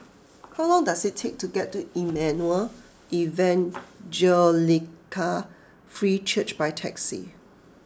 how long does it take to get to Emmanuel Evangelical Free Church by taxi